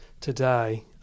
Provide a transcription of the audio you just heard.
today